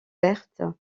berthe